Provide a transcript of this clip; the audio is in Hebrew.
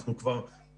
אנחנו כבר נגיע,